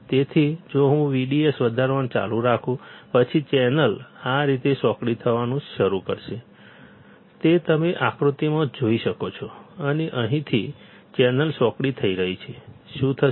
તેથી જો હું VDS વધારવાનું ચાલુ રાખું પછી ચેનલ આ રીતે સાંકડી થવાનું શરૂ કરશે જે તમે આકૃતિમાં જોઈ શકો છો અને અહીંથી ચેનલ સાંકડી થઈ રહી છે શું થશે